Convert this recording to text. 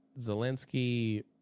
Zelensky